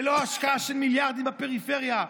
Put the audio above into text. ללא השקעה של מיליארדים בפריפריה,